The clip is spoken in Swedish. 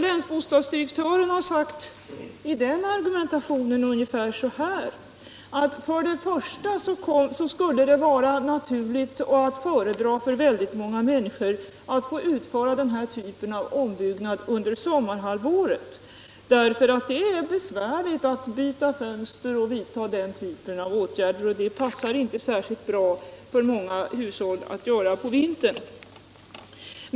Länsbostadsdirektören har om detta sagt ungefär följande. Först och främst är det för många människor naturligt att vilja utföra denna typ av ombyggnad under sommarhalvåret. Det är t.ex. besvärligt att byta fönster, och för många hushåll passar det inte särskilt bra att vidta denna typ av åtgärd på vintern.